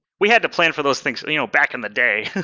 we had to plan for those things you know back in the day,